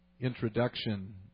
introduction